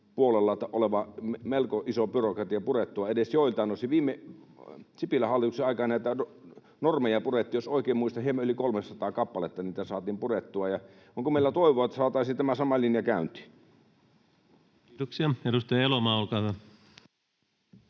puolella oleva melko iso byrokratia purettua edes joiltain osin? Sipilän hallituksen aikana näitä normeja purettiin. Jos oikein muistan, hieman yli 300 kappaletta niitä saatiin purettua. Onko meillä toivoa, että saataisiin tämä sama linja käyntiin? Kiitoksia. — Edustaja Elomaa, olkaa hyvä.